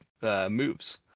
moves